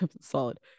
solid